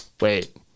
wait